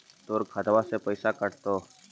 तोर खतबा से पैसा कटतो?